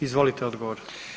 Izvolite odgovor.